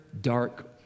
dark